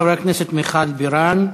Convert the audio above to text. חברת הכנסת מיכל בירן.